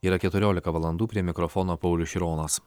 yra keturiolika valandų prie mikrofono paulius šironas